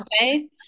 okay